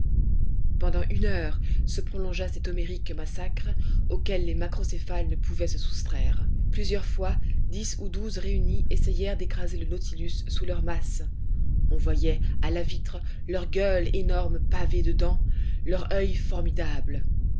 pendant une heure se prolongea cet homérique massacre auquel les macrocéphales ne pouvaient se soustraire plusieurs fois dix ou douze réunis essayèrent d'écraser le nautilus sous leur masse on voyait à la vitre leur gueule énorme pavée de dents leur oeil formidable